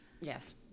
Yes